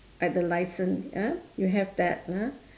at the licen~ ya you have that ah